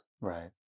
right